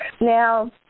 now